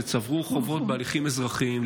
שצברו חובות בהליכים אזרחיים,